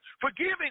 forgiving